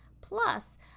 Plus